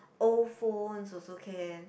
old phones also can